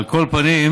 על כל פנים,